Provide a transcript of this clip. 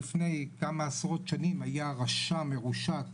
לפני כמה עשרות שנים היה רשע מרושע,